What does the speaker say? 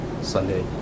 Sunday